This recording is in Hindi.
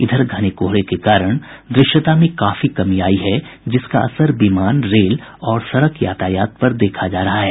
इधर घने कोहरे के कारण द्रश्यता में काफी कमी आई है जिसका असर विमान रेल और सड़क यातायात पर देखा जा रहा है